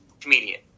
comedian